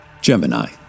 Gemini